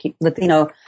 Latino